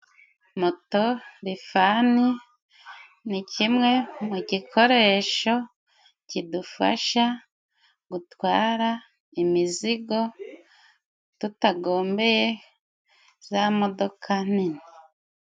Moto rifani ni kimwe mu gikoresho kidufasha gutwara imizigo, tutagombeye za modoka nini.